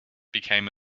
became